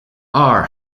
are